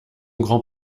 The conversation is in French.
grand